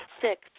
Six